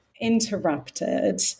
interrupted